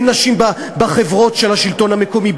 אין נשים בחברות של השלטון המקומי,